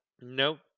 Nope